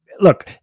look